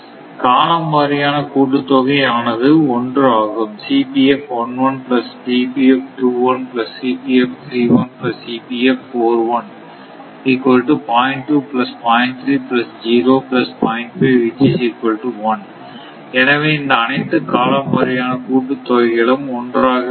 காலம் வாரியான கூட்டுத்தொகை ஆனது 1 ஆகும் எனவே இந்த அனைத்து காலம் வாரியான கூட்டு தொகைகளும் 1 ஆகவே இருக்கும்